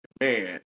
Man